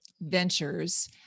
ventures